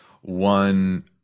one